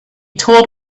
told